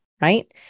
right